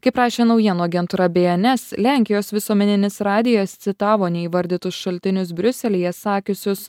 kaip rašė naujienų agentūra bns lenkijos visuomeninis radijas citavo neįvardytus šaltinius briuselyje sakiusius